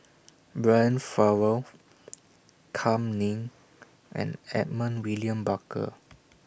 Brian Farrell Kam Ning and Edmund William Barker